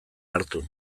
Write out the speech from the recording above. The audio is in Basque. hartu